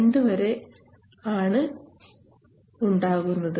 2 വരെ ആണ് ഉണ്ടാകുന്നത്